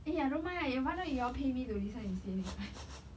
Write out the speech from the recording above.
eh I don't mind why don't you all pay me to listen instead next time